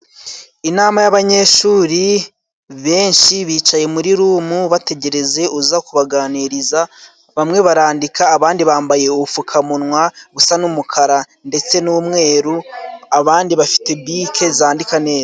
Inama y'abanyeshuri benshi bicaye muri rumu, bategerereza uza kubaganiriza bamwe barandika, abandi bambaye ubupfukamunwa busa n'umukara ndetse n'umweru abandi bafite bike zandika neza.